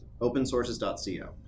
opensources.co